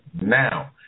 now